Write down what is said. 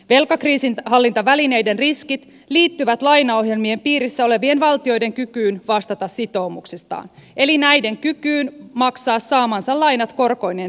velkakriisin hallintavälineiden riskit liittyvät lainaohjelmien piirissä olevien valtioiden kykyyn vastata sitoumuksistaan eli näiden kykyyn maksaa saamansa lainat korkoineen takaisin ajallaan